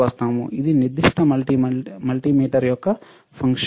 ఇది ఈ నిర్దిష్ట మల్టీమీటర్ యొక్క ఫంక్షన్